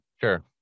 Sure